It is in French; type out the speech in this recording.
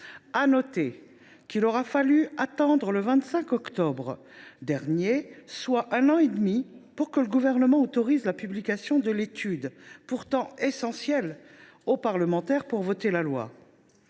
Notons qu’il aura fallu attendre le 25 octobre dernier, soit un an et demi, pour que le Gouvernement autorise la publication de cette étude, pourtant essentielle aux parlementaires pour voter la loi.